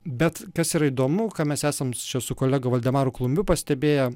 bet kas yra įdomu ką mes esame čia su kolega valdemaru klumbiu pastebėję